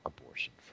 abortion